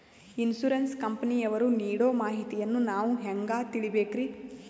Insurance ಕಂಪನಿಯವರು ನೀಡೋ ಮಾಹಿತಿಯನ್ನು ನಾವು ಹೆಂಗಾ ತಿಳಿಬೇಕ್ರಿ?